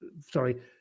sorry